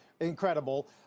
incredible